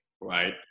right